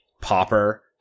Popper